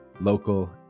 local